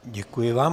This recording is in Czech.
Děkuji vám.